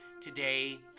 Today